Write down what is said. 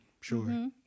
Sure